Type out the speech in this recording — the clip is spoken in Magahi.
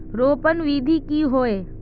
रोपण विधि की होय?